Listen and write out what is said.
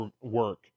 work